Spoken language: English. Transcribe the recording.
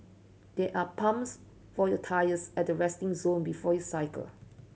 there are pumps for your tyres at resting zone before you cycle